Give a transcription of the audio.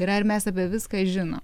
ir ar mes apie viską žino